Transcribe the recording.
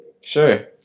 Sure